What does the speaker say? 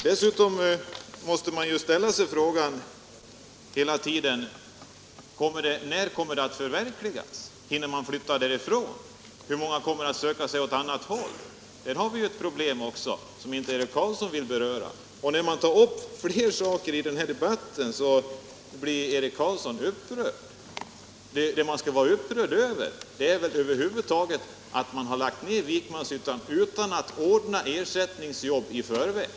Dessutom måste man hela tiden fråga sig: När kommer planerna i Vikmanshyttan att förverkligas? Hinner folk flytta därifrån? Hur många kommer att söka sig åt annat håll? Där har vi också ett problem som Eric Carlsson inte vill beröra. Och när man tar upp flera saker i den här debatten blir Eric Carlsson upprörd. Det vi skall vara upprörda över är väl att man lagt ner Vikmanshyttan utan att ordna ersättningsjobb i förväg.